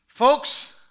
Folks